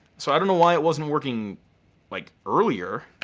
so i don't know why it wasn't working like earlier.